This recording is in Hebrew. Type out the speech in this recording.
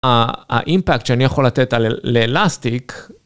האימפקט שאני יכול לתת לאלאסטיק.